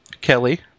Kelly